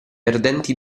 ardenti